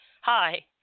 Hi